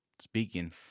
speaking